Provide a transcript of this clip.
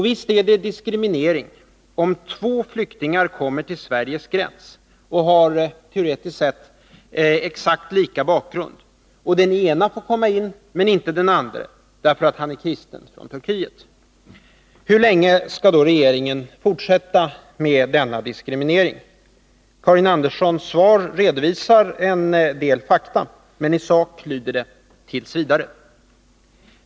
Visst är det diskriminering om två flyktingar kommer till Sveriges gräns och har — teoretiskt sett — exakt lika bakgrund, och den ena får komma in men inte den andra — därför att han är kristen från Turkiet. Hur länge skall då regeringen fortsätta med denna diskriminering? Karin Anderssons svar redovisar en del fakta. Men i sak lyder det: Tills vidare.